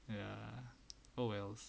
ya oh well